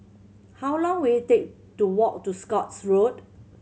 how long will it take to walk to Scotts Road